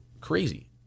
crazy